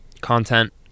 content